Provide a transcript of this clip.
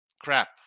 crap